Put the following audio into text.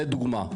זה דוגמה.